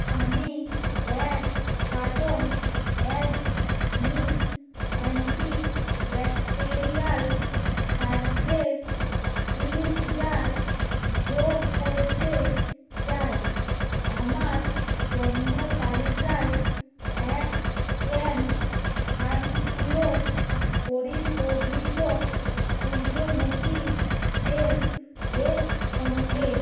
আমি এক carton Astonish anti bacterial surface cleanser যোগ করতে চাই আমার পণ্য তালিকায় এক ক্যান সানপিওর পরিশোধিত সূর্যমুখী তেল এর সঙ্গে